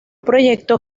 proyecto